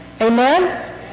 Amen